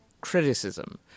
criticism